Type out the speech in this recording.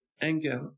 Anger